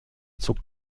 zuckt